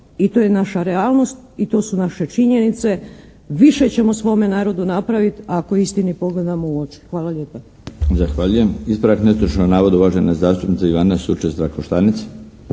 i to je naša realnost i to su naše činjenice. Više ćemo svome narodu napraviti ako istini pogledamo u oči. Hvala lijepa.